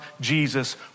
Jesus